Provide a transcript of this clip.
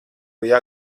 bija